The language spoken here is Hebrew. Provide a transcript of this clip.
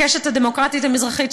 הקשת הדמוקרטית המזרחית,